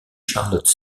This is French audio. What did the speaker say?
charlotte